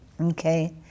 Okay